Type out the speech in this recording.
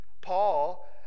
Paul